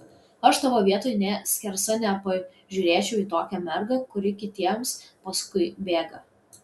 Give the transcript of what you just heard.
aš tavo vietoj nė skersa nepažiūrėčiau į tokią mergą kuri kitiems paskui bėga